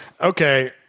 Okay